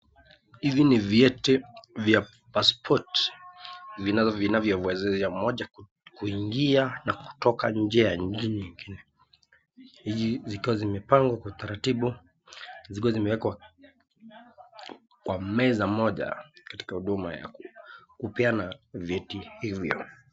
Hivi ni vyeti vya pasipoti, vinavyowezesha mmoja kuingia na kutoka nje ya nchi nyingine, zikiwa zimepangwa kwa utaratibu zkiwa zimewekwa kwa meza moja katika huduma ya kupeana vyeti hivyo.